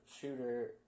shooter